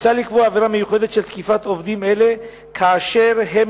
מוצע לקבוע עבירה מיוחדת של תקיפת עובדים אלה כאשר הם